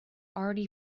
already